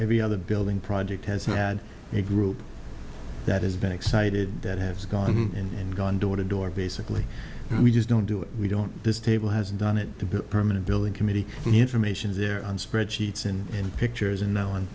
every other building project has had a group that has been excited that have gone in and gone door to door basically we just don't do it we don't this table has done it to be permanent billing committee information there and spreadsheets and pictures and no on